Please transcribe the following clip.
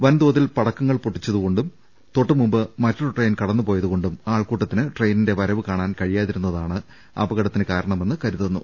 വൻതോതിൽ പട ക്കങ്ങൾ പൊട്ടിച്ചതുകൊണ്ടും തൊട്ടു മുമ്പ് മറ്റൊരു ട്രെയിൻ കടന്നു പോയതു കൊണ്ടും ആൾക്കൂട്ടത്തിന് ട്രെയിനിന്റെ വരവ് കാണാൻ കഴിയാതിരുന്നതാണ് അപകടത്തിന് കാരണമെന്ന് കരുതുന്നു